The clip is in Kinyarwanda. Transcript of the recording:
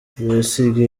besigye